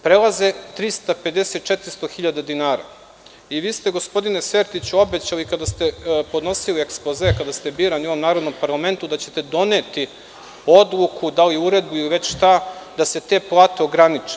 Prelaze 350-400.000 dinara i vi ste gospodine Sertiću obećali kada ste podnosili ekspoze, kada ste birani u ovom narodnom parlamentu da ćete doneti odluku, uredbu ili već šta, da se te plate ograniče.